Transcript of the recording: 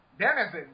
Dennis